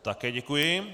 Také děkuji.